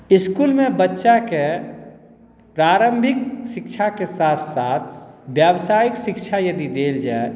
इसकुलमे बच्चाकेँ प्रारम्भिक शिक्षाकेँ साथ साथ व्यावसायिक शिक्षा यदि देल जाए